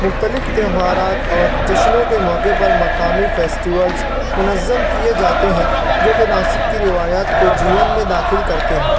مختلف تیوہارات اور جشنوں کے موقع پر مقامی فیسٹولس منظم کیے جاتے ہیں جوکہ ناسک کی روایات کو جیون میں داخل کرتے ہیں